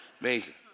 Amazing